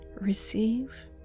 receive